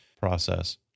process